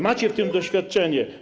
Macie w tym doświadczenie.